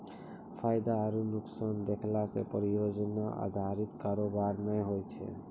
फायदा आरु नुकसान देखला से परियोजना अधारित कारोबार नै होय छै